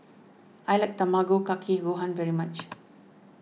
I like Tamago Kake Gohan very much